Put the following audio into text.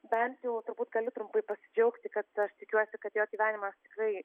bent jau turbūt galiu trumpai pasidžiaugti kad aš tikiuosi kad jo gyvenimas tikrai